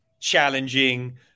challenging